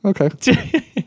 Okay